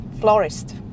florist